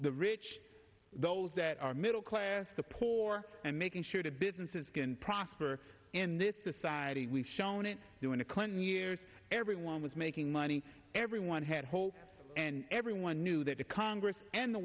the rich those that are middle class the poor and making sure the businesses can prosper in this society we've shown it during the clinton years everyone was making money everyone had hope and everyone knew that the congress and the